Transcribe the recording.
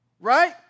Right